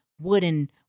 wooden